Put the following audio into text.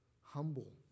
humble